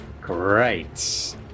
great